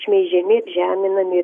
šmeižiami žeminami